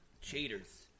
cheaters